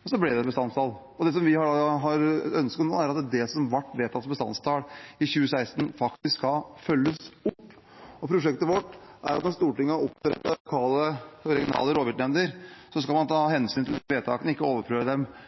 og så ble det fastsatt et bestandsmål – og det vi har et ønske om nå, er at det som ble vedtatt som bestandsmål i 2016, faktisk skal følges opp. Prosjektet vårt er at når Stortinget har opprettet lokale og regionale rovviltnemnder, skal man ta hensyn til vedtakene deres og ikke overprøve dem